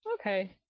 Okay